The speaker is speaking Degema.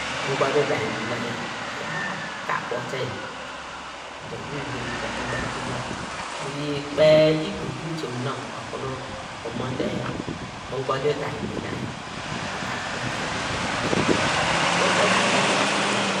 Ugbolitainy vi na yaw eya ka ku wor le yor dor ivi vi dor mu da kuru yia, mu yi kpe ikpoki utom nonw okunu umonde ugbolitainy vi na yaw mu da yi kpe inu ikpoki utom nonw yor. Ukpete ikpoki utom nonw.